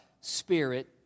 Spirit